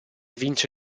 vince